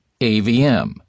AVM